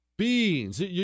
Beans